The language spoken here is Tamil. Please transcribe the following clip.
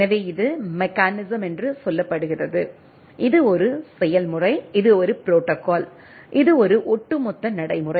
எனவே இது மெக்கானிசம் என்று சொல்லப்படுகிறது இது ஒரு செயல்முறை இது ஒரு ப்ரோடோகால் இது ஒரு ஒட்டுமொத்த நடைமுறை